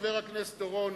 חבר הכנסת אורון,